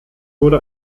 wurde